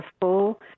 full